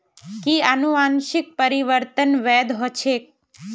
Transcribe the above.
कि अनुवंशिक परिवर्तन वैध ह छेक